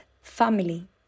family